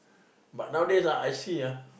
but nowadays ah I see ah